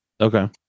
Okay